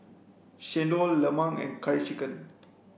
chendol lemang and curry chicken